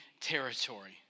territory